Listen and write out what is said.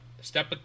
step